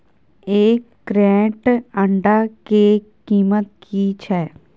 एक क्रेट अंडा के कीमत की छै?